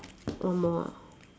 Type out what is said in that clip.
one more ah